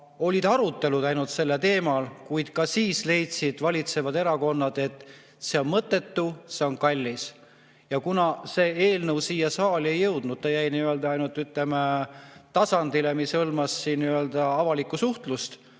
arutelud sel teemal. Kuid siis leidsid valitsevad erakonnad, et see on mõttetu, see on kallis. Ja kuna see eelnõu siia saali ei jõudnud, see jäi nii-öelda, ütleme, tasandile, mis hõlmas vaid avalikku suhtlust,